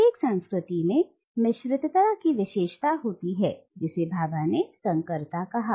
प्रत्येक संस्कृति में मिश्रितता की विशेषता होती है जिसे भाभा ने संकरता कहा